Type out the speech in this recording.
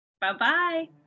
bye-bye